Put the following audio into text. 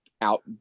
out